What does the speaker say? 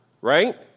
Right